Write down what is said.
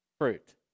fruit